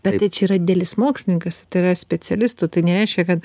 bet tai čia yra didelis mokslininkas tai yra specialistų tai nereiškia kad